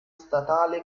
statale